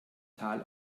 tal